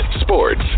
sports